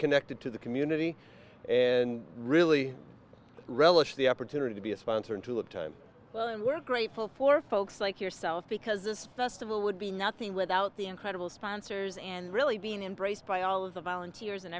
connected to the community and really relish the opportunity to be a sponsor and to have time well and we're grateful for folks like yourself because this best of all would be nothing without the incredible sponsors and really being embraced by all of the volunteers and